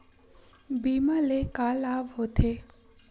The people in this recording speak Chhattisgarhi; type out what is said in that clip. बीमा ले का लाभ होथे?